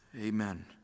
Amen